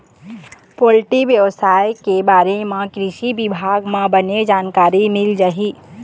poultry बेवसाय के बारे म कृषि बिभाग म बने जानकारी मिल जाही